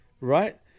right